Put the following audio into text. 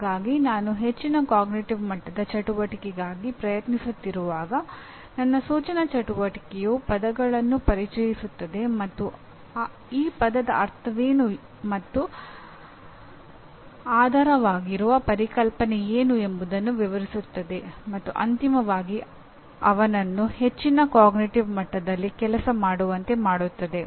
ಹಾಗಾಗಿ ನಾನು ಹೆಚ್ಚಿನ ಅರಿವಿನ ಮಟ್ಟದ ಚಟುವಟಿಕೆಗಾಗಿ ಪ್ರಯತ್ನಿಸುತ್ತಿರುವಾಗ ನನ್ನ ಸೂಚನಾ ಚಟುವಟಿಕೆಯು ಪದಗಳನ್ನು ಪರಿಚಯಿಸುತ್ತದೆ ಮತ್ತು ಈ ಪದದ ಅರ್ಥವೇನು ಮತ್ತು ಆಧಾರವಾಗಿರುವ ಪರಿಕಲ್ಪನೆ ಏನು ಎಂಬುದನ್ನು ವಿವರಿಸುತ್ತದೆ ಮತ್ತು ಅಂತಿಮವಾಗಿ ಅವನನ್ನು ಹೆಚ್ಚಿನ ಅರಿವಿನ ಮಟ್ಟದಲ್ಲಿ ಕೆಲಸ ಮಾಡುವಂತೆ ಮಾಡುತ್ತದೆ